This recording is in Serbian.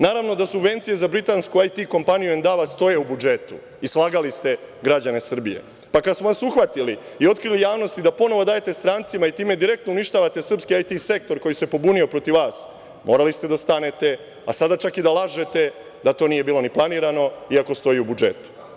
Naravno da subvencije za britansku IT „Endava“ kompaniju stoje u budžetu i slagali ste građane Srbije, pa kad smo vas uhvatili i otkrili javnosti da ponovo dajete strancima i time direktno uništavate srpski IT sektor koji se pobunio protiv vas, morali ste da stanete, a sada čak i da lažete da to nije bilo ni planirano iako stoji u budžetu.